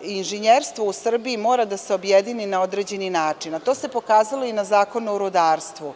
inženjerstvo u Srbiji mora da se objedini na određeni način, a to se pokazalo i na Zakonu o rudarstvu.